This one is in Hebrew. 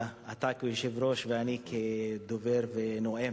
אתה כיושב-ראש ואני כדובר ונואם.